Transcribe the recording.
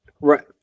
right